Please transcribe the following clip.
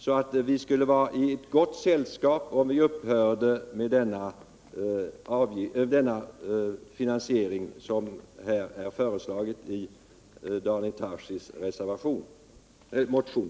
Vi skulle alltså vara i gott sällskap om vi upphörde med den finansiering som föreslagits i Daniel Tarschys motion.